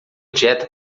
dieta